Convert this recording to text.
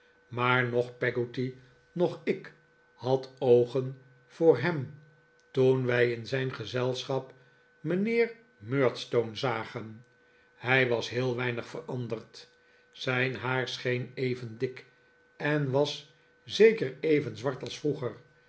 maar noch peggotty noch ik had oogen voor hem toen wij in zijn gezelschap mijnheer murdstone zagen hij was heel weinig veranderd zijn haar scheen even dik en was zeker even zwart als vroeger